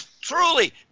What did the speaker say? Truly